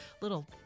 little